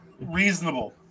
Reasonable